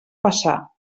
passar